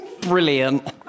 Brilliant